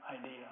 idea